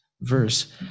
verse